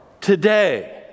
today